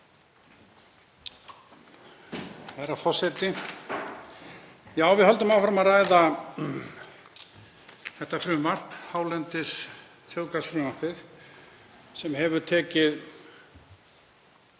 Herra forseti. Við höldum áfram að ræða þetta frumvarp, hálendisþjóðgarðsfrumvarpið, sem hefur tekið